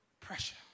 pressure